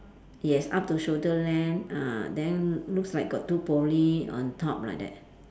yes up to shoulder length uh then looks like got two pony on top like that